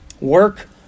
Work